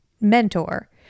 mentor